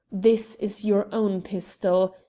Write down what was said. this is your own pistol.